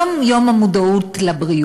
היום הוא יום המודעות לבריאות,